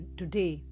today